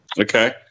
Okay